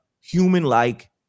human-like